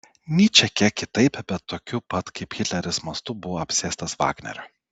nyčė kiek kitaip bet tokiu pat kaip hitleris mastu buvo apsėstas vagnerio